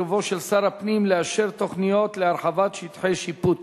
בנושא: סירובו של שר הפנים לאשר תוכניות להרחבת שטחי שיפוט.